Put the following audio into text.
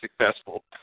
successful